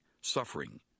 suffering